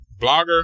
Blogger